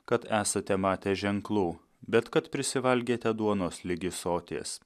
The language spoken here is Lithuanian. kad esate matę ženklų bet kad prisivalgėte duonos ligi soties